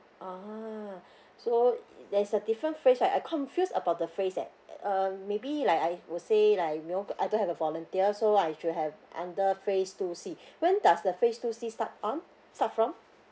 ah so there's a different phase right I confuse about the phase like um maybe like I would say like you know I don't have a volunteer so what if you have under phase two C when does the phase two C start on start from